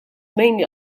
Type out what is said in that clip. mainly